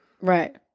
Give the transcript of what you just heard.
right